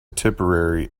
tipperary